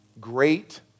great